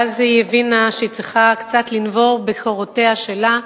ואז היא הבינה שהיא צריכה קצת לנבור בקורותיה שלה,